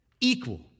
equal